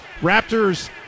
Raptors